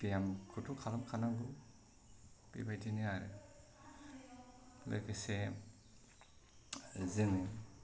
ब्यामखौथ' खालामखानांगौ बेबायदिनो आरो लोगोसे जोङो